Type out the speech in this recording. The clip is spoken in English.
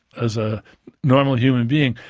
as a normal human being,